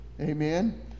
Amen